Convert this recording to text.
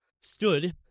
stood